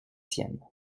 siennes